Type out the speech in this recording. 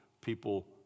people